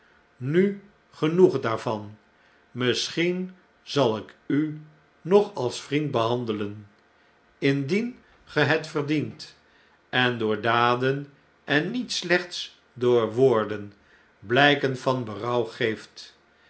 nu genoeg daarvan misschien zal ik u nog als vriend behandelen indien ge het verdient en door daden en niet slechts door woorden blyken van berouw geeft